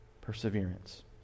perseverance